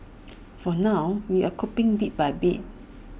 for now we're coping bit by bit